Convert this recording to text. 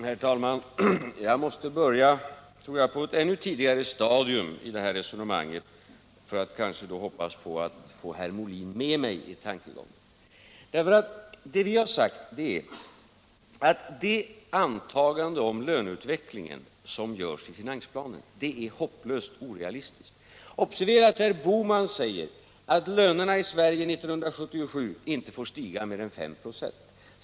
Herr talman! Jag tror att jag i det här resonemanget måste börja på ett ännu tidigare stadium och hoppas då att få herr Molin med mig i tankegången. Vi har sagt att det antagande om löneutvecklingen som görs i finansplanen är hopplöst orealistiskt. Observera att herr Bohman säger att lönerna i Sverige 1977 inte får stiga med mer än 5 96.